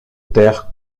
terre